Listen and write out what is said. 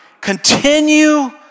Continue